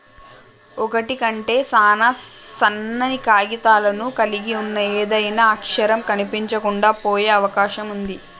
ఒకటి కంటే సాన సన్నని కాగితాలను కలిగి ఉన్న ఏదైనా అక్షరం కనిపించకుండా పోయే అవకాశం ఉంది